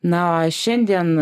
na o šiandien